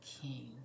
King